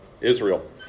Israel